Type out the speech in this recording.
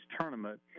tournament